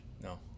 No